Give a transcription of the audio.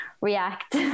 react